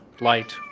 Light